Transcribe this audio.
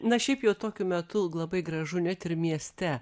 na šiaip jau tokiu metu labai gražu net ir mieste